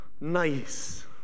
nice